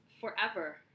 forever